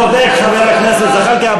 צודק חבר הכנסת זחאלקה,